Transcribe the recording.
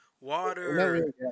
water